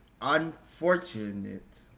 unfortunate